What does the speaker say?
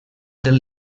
del